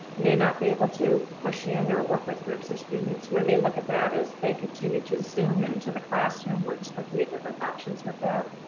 may not be able to push in or work with groups of students. we may look at that as they continue to zoom into the classroom, we're just looking at different options with that.